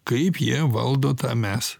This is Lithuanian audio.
kaip jie valdo tą mes